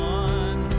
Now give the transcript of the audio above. one